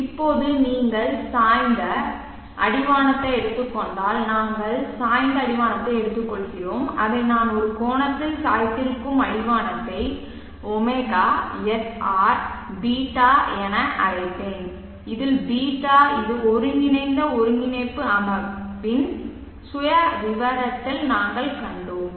இப்போது நீங்கள் சாய்ந்த அடிவானத்தை எடுத்துக் கொண்டால் நாங்கள் சாய்ந்த அடிவானத்தை எடுத்துக்கொள்கிறோம் அதை நான் ஒரு கோணத்தில் சாய்ந்திருக்கும் அடிவானத்தை ωsrß என அழைப்பேன் ß இது ஒருங்கிணைந்த ஒருங்கிணைப்பு அமைப்பின் சுயவிவரத்தில் நாங்கள் கண்டோம்